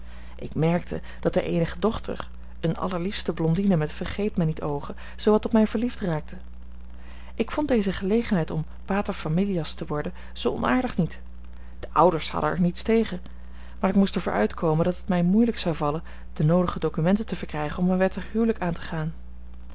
ik merkte dat de eenige dochter eene allerliefste blondine met vergeet mij niet oogen zoowat op mij verliefd raakte ik vond deze gelegenheid om pater familias te worden zoo onaardig niet de ouders hadden er niets tegen maar ik moest er voor uitkomen dat het mij moeielijk zou vallen de noodige documenten te verkrijgen om een wettig huwelijk aan te gaan